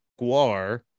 guar